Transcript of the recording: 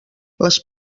les